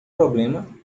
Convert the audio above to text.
problema